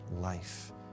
life